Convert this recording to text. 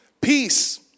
Peace